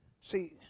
See